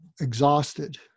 exhausted